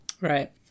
Right